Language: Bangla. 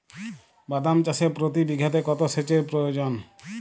বাদাম চাষে প্রতি বিঘাতে কত সেচের প্রয়োজন?